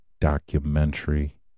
documentary